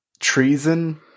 treason